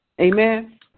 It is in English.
Amen